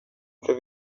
för